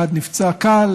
אחד נפצע קל,